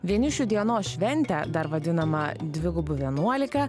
vienišių dienos šventę dar vadinama dvigubu vienuolika